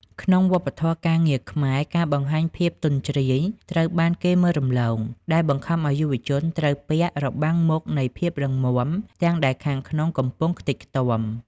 ក្នុងវប្បធម៌ការងារខ្មែរ ការបង្ហាញភាពទន់ជ្រាយត្រូវបានគេមើលរំលង ដែលបង្ខំឱ្យយុវជនត្រូវពាក់ "របាំងមុខនៃភាពរឹងមាំ" ទាំងដែលខាងក្នុងកំពុងខ្ទេចខ្ទាំ